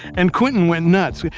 and quentin went nuts.